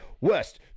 west